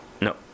No